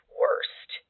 worst